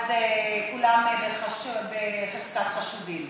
אז כולם בחזקת חשודים.